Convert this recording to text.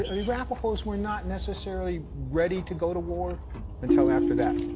ah the arapahos were not necessarily ready to go to war until after that.